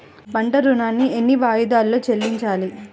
పంట ఋణాన్ని ఎన్ని వాయిదాలలో చెల్లించాలి?